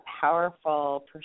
powerful